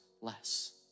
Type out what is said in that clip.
less